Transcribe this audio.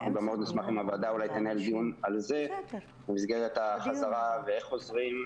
אנחנו מאוד נשמח אם הוועדה תנהל דיון על זה במסגרת החזרה ואיך חוזרים.